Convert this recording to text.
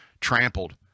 trampled